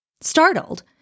Startled